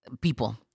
people